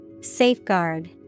Safeguard